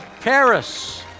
Paris